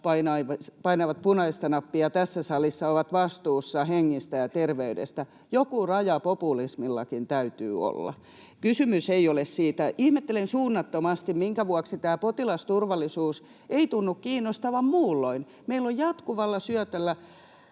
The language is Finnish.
painavat punaista nappia tässä salissa, ovat vastuussa hengistä ja terveydestä. Joku raja populismillakin täytyy olla. Kysymys ei ole siitä. Ihmettelen suunnattomasti, minkä vuoksi tämä potilasturvallisuus ei tunnu kiinnostavan muulloin. Meillä on jatkuvalla syötöllä